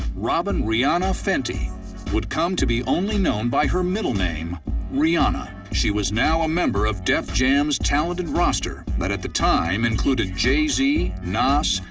robyn rihanna fenty would come to be only known by her middle name rihanna. she was now a member of def jam's talented roster that at the time included jay-z, nas,